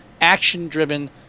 action-driven